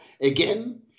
again